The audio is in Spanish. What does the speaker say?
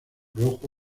rojo